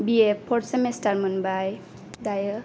B A fourth semester मोनबाय दायो